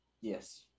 Yes